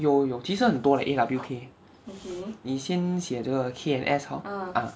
有有其实很多 leh A W K 你先写着个 K N S hor ah